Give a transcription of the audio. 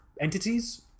entities